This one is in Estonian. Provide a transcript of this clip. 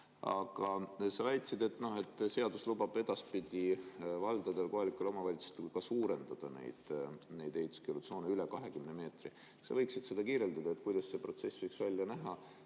Aga sa väitsid, et seadus lubab edaspidi valdadel, kohalikel omavalitsustel ka suurendada neid ehituskeelutsoone üle 20 meetri. Kas sa võiksid seda kirjeldada, kuidas see protsess võiks välja näha?